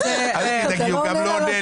אל תדאגי הוא גם לא עונה לי,